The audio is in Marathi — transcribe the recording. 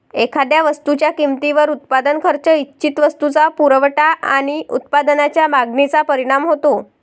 एखाद्या वस्तूच्या किमतीवर उत्पादन खर्च, इच्छित वस्तूचा पुरवठा आणि उत्पादनाच्या मागणीचा परिणाम होतो